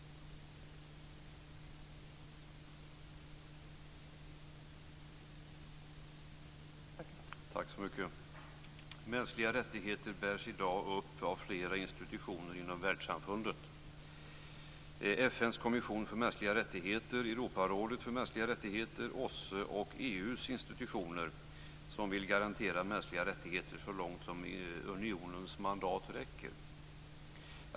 Mänskliga rättigheter bärs i dag upp av flera institutioner inom världssamfundet, FN:s kommission för mänskliga rättigheter, Europarådet för mänskliga rättigheter, OSSE och EU:s institutioner som vill garantera mänskliga rättigheter så långt unionens mandat räcker.